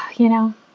you know,